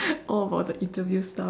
all about the interview stuff